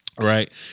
right